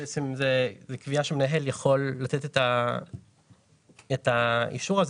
שזה ייצור את האחידות.